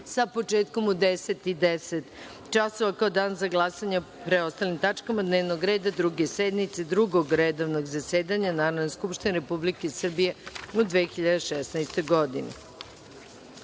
sa početkom u 10 i 10 časova, kao dan za glasanje o preostalim tačkama dnevnog reda Druge sednice Drugog redovnog zasedanja Narodne skupštine Republike Srbije u 2016.